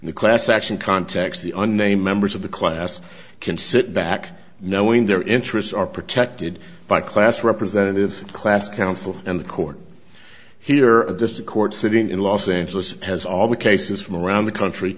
the class action context the name members of the class can sit back knowing their interests are protected by class representatives and class council and the court hear this the court sitting in los angeles has all the cases from around the country